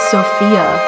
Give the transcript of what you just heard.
Sophia